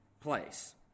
place